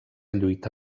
lluita